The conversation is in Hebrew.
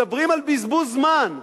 מדברים על בזבוז זמן.